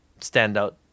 standout